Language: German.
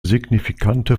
signifikante